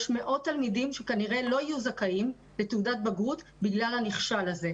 יש מאוד תלמידים שכנראה לא יהיו זכאים לתעודת בגרות בגלל הנכשל הזה.